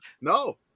No